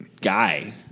guy